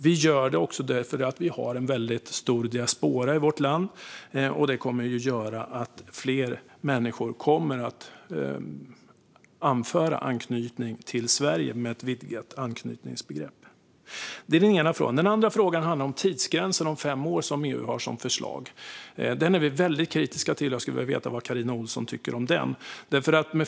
Det gör vi därför att vi har en väldigt stor diaspora i vårt land, och ett vidgat anknytningsbegrepp kommer att göra att fler människor anför anknytning till Sverige. Det är den ena frågan. Den andra frågan handlar om tidsgränsen på fem år som EU har som förslag. Den är vi väldigt kritiska till, och jag skulle vilja veta vad Carina Ohlsson tycker om den.